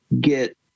get